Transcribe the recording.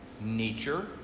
nature